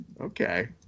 Okay